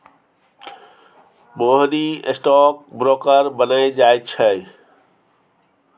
मोहिनी stock broker बनय चाहै छै